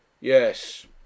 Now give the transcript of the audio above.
yes